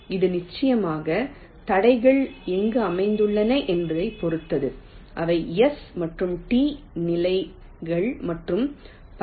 இது நிச்சயமாக தடைகள் எங்கு அமைந்துள்ளன என்பதைப் பொறுத்தது அவை S மற்றும் T நிலைகள் மற்றும் பல